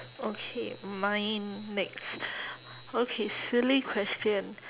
okay mine next okay silly question